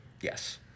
Yes